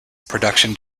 production